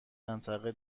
منطقه